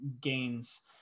gains